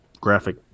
graphic